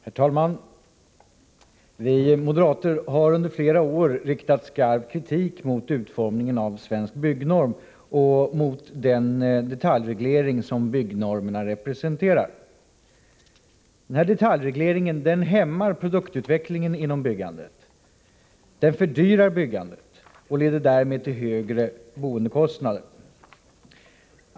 Herr talman! Vi moderater har under flera år riktat skarp kritik mot utformningen av Svensk byggnorm och mot den detaljreglering som byggnormerna representerar. Denna detaljreglering hämmar produktutvecklingen inom byggandet, den fördyrar byggandet och leder därmed till högre boendekostnader.